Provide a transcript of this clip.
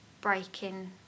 breaking